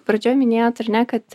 pradžioj minėjot ar ne kad